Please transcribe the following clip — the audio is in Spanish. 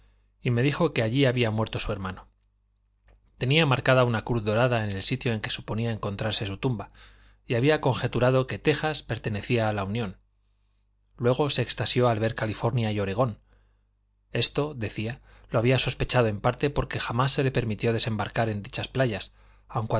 y me dijo que allí había muerto su hermano tenía marcada una cruz dorada en el sitio en que suponía encontrarse su tumba y había conjeturado que tejas pertenecía a la unión luego se extasió al ver california y óregon esto decía lo había sospechado en parte porque jamás se le permitió desembarcar en dichas playas